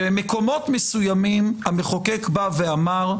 שמקומות מסוימים, המחוקק בא ואמר: